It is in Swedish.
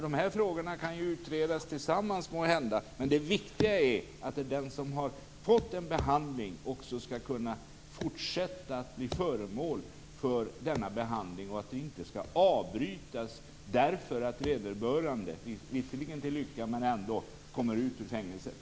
De här frågorna kan måhända utredas tillsammans, men det viktiga är att den som har fått en behandling också skall kunna fortsätta att bli föremål för denna behandling och att den inte skall avbrytas därför att vederbörande - visserligen till lycka, men ändå - kommer ut ur fängelset.